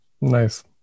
Nice